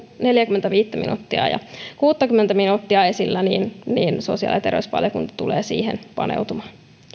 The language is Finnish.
neljääkymmentäviittä minuuttia ja kuuttakymmentä minuuttia esillä sosiaali ja terveysvaliokunta tulee paneutumaan